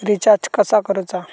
Recharge कसा करूचा?